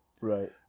Right